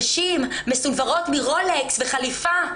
נשים מסונוורות מרולקס ומחליפה.